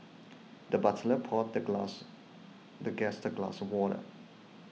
the butler poured the glass the guest a glass of water